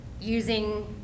using